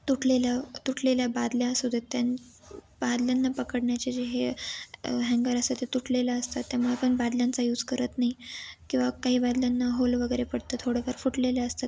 तुटलेल्या तुटलेल्या बादल्या असू देत त्या बादल्यांना पकडण्याचे जे हे हँगर असतात ते तुटलेलं असतात त्यामुळे पण बादल्यांचा यूज करत नाही किंवा काही बादल्यांना होल वगैरे पडतं थोडेफार फुटलेले असतात